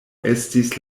estis